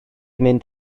mynd